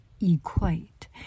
equate